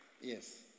yes